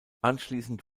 anschließend